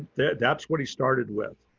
that that's what he started with.